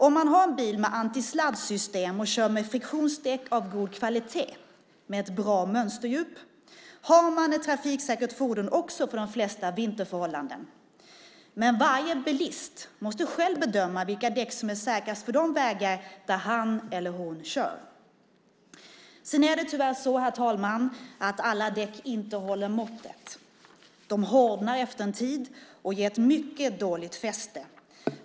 Om man har en bil med antisladdsystem och kör med friktionsdäck av god kvalitet med ett bra mönsterdjup har man ett trafiksäkert fordon också för de flesta vinterförhållanden. Men varje bilist måste själv bedöma vilka däck som är säkrast för de vägar där han eller hon kör. Det är tyvärr så, herr talman, att alla däck inte håller måttet. De hårdnar efter en tid och ger ett mycket dåligt fäste.